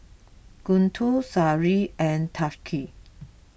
Guntur Seri and Thaqif